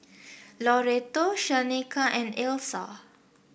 Loretto Shaneka and Elsa